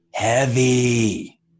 Heavy